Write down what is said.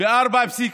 דרך אגב,